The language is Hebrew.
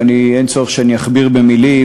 ואין צורך שאני אכביר במילים,